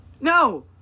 No